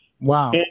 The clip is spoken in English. Wow